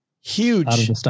Huge